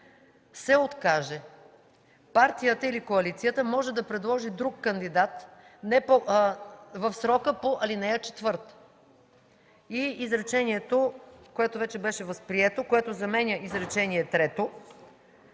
се откаже, партията или коалицията може да предложи друг кандидат в срока по ал. 4.” И изречението, което вече беше възприето и което заменя изречение